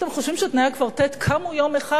אתם חושבים שתנאי הקוורטט קמו יום אחד